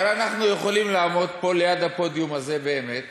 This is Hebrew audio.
אבל אנחנו יכולים לעמוד פה ליד הפודיום הזה באמת